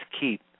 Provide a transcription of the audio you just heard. keep